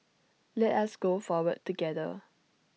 let us go forward together